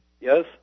Yes